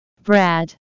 Brad